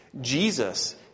Jesus